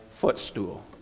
footstool